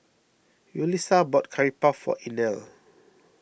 Yulisa bought Curry Puff for Inell